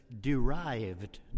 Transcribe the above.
derived